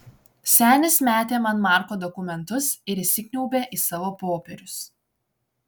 senis metė man marko dokumentus ir įsikniaubė į savo popierius